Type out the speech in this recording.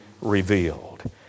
revealed